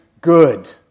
good